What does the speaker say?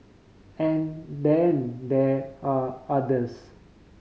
and then there are others